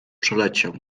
przeleciał